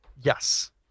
Yes